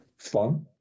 Fun